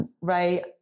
right